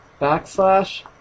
backslash